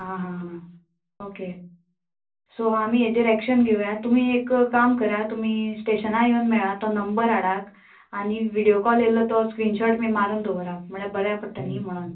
आं हां हां ओके सो आमी हेजेर एक्शन घेवया तुमी एक काम करा तुमी स्टेशनां येवन मेळ्ळा तो नंबर हाडाक आनी विडियो कॉल येयल्लो तो स्क्रीनशॉट बी मारून दवराक म्हळ्यार बऱ्या पडटा न्ही म्हणून